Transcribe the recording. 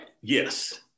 Yes